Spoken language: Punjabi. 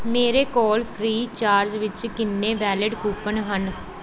ਮੇਰੇ ਕੋਲ ਫ੍ਰੀ ਚਾਰਜ ਵਿੱਚ ਕਿੰਨੇ ਵੈਲੀਡ ਕੂਪਨ ਹਨ